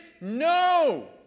No